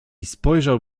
spojrzał